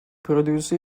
produce